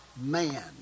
man